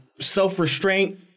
self-restraint